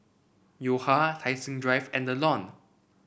Yo Ha Tai Seng Drive and The Lawn